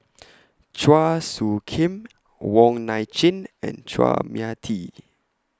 Chua Soo Khim Wong Nai Chin and Chua Mia Tee